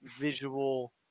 visual